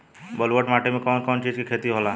ब्लुअट माटी में कौन कौनचीज के खेती होला?